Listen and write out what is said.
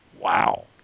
Wow